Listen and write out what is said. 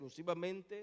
exclusivamente